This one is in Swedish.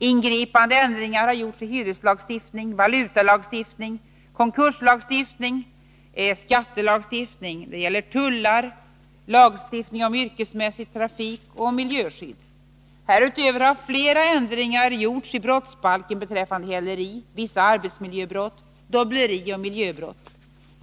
Ingripande ändringar har gjorts i hyreslagstiftningen, valutalagstiftningen, konkurslagstiftningen, skattelagstiftningen, tullagstiftningen samt lagstiftningen om yrkesmässig trafik och om miljöskydd. Härutöver har flera ändringar gjorts i brottsbalken beträffande häleri, vissa arbetsmiljöbrott, dobbleri och miljöbrott.